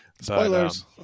Spoilers